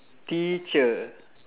teacher